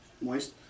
Moist